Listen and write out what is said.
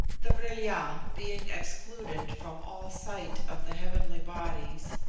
the vril-ya, being excluded from all sight of the heavenly bodies,